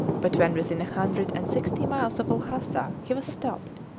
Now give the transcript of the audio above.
but when within a hundred and sixty miles of lhasa he was stopped,